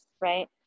right